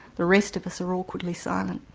the rest of us are awkwardly silent.